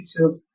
YouTube